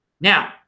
Now